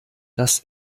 das